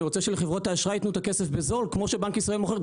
אני רוצה שלחברות האשראי ייתנו את הכסף בזול כמו שבנק ישראל מוכר.